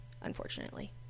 unfortunately